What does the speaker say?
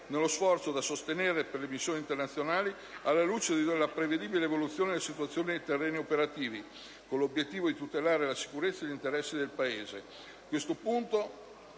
dello sforzo da sostenere per le missioni internazionali, alla luce della prevedibile evoluzione della situazione nei terreni operativi, con l'obiettivo di tutelare la sicurezza e gli interessi del Paese.